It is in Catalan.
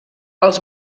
els